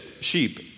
sheep